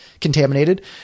contaminated